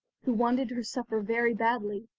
who wanted her supper very badly,